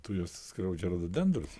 tujos skriaudžia rododendrus